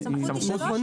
הסמכות היא שלו.